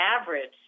average